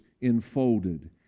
enfolded